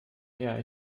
her